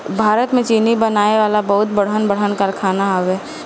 भारत में चीनी बनावे वाला बहुते बड़हन बड़हन कारखाना हवे